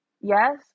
yes